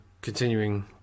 continuing